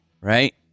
right